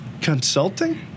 Consulting